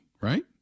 right